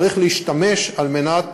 צריך להשתמש על מנת